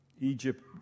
Egypt